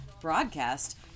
broadcast